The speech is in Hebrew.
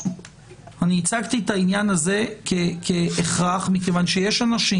אני הצגתי את העניין הזה כהכרח מכיוון שיש אנשים